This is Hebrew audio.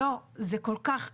לא, זה כל כך לא.